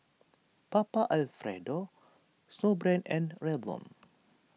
Papa Alfredo Snowbrand and Revlon